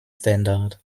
standard